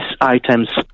items